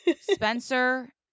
Spencer